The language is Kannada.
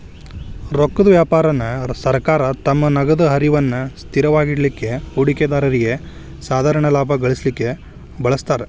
ರೊಕ್ಕದ್ ವ್ಯಾಪಾರಾನ ಸರ್ಕಾರ ತಮ್ಮ ನಗದ ಹರಿವನ್ನ ಸ್ಥಿರವಾಗಿಡಲಿಕ್ಕೆ, ಹೂಡಿಕೆದಾರ್ರಿಗೆ ಸಾಧಾರಣ ಲಾಭಾ ಗಳಿಸಲಿಕ್ಕೆ ಬಳಸ್ತಾರ್